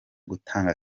gutanga